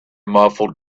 muffled